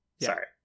sorry